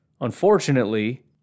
Unfortunately